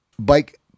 bike